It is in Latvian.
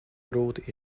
grūti